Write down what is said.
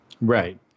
Right